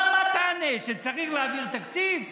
מה תענה, שצריך להעביר תקציב?